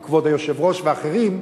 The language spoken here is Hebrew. עם כבוד היושב-ראש ואחרים,